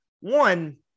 one